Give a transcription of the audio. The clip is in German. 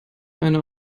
einer